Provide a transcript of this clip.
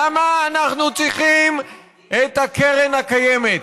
למה אנחנו צריכים את הקרן הקיימת?